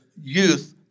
youth